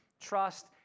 trust